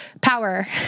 power